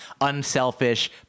unselfish